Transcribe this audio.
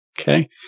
Okay